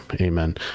amen